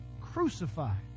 crucified